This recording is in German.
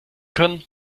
können